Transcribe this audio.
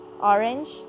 orange